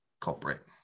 culprit